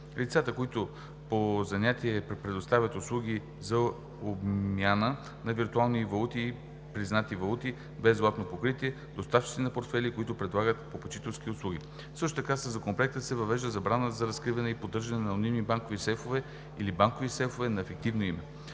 лицата, които по занятие предоставят услуги за обмяна на виртуални валути и признати валути без златно покритие; доставчиците на портфейли, които предлагат попечителски услуги. Също така със Законопроекта се въвежда забрана за разкриване или поддържане на анонимни банкови сейфове или банкови сейфове на фиктивно име.